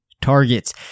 targets